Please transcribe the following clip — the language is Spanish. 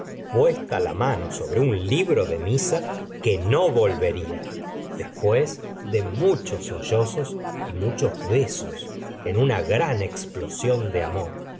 puesta la mano sobre km libro de misa que no volvería después de muchos sollozos y muchos besos en una gran explosión de amor